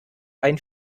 einen